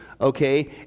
okay